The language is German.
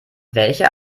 welcher